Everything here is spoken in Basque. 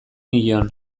nion